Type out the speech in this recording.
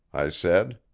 i said.